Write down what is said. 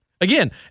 Again